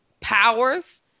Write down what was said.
powers